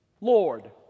Lord